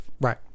right